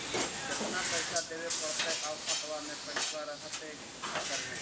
केतना पैसा देबे पड़तै आउ खातबा में पैसबा रहतै करने?